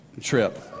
trip